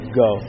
go